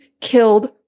killed